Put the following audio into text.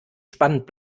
spannend